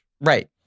Right